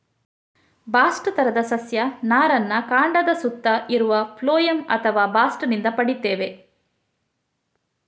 bast ತರದ ಸಸ್ಯ ನಾರನ್ನ ಕಾಂಡದ ಸುತ್ತ ಇರುವ ಫ್ಲೋಯಂ ಅಥವಾ ಬಾಸ್ಟ್ ನಿಂದ ಪಡೀತೇವೆ